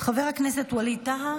חבר הכנסת ווליד טאהא,